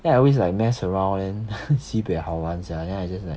then I always like mess around and then sibei 好玩 sia then I just like